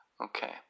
Okay